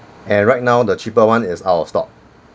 and right now the cheaper one is out of stock